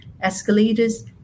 escalators